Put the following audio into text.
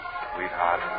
sweetheart